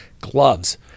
gloves